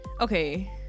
okay